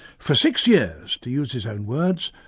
for six years, to use his own words,